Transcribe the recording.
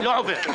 לא עובר.